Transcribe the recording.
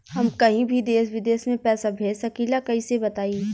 हम कहीं भी देश विदेश में पैसा भेज सकीला कईसे बताई?